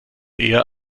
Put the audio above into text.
eher